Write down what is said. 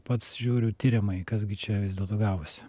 pats žiūriu tiriamai kas gi čia vis dėlto gavosi